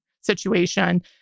situation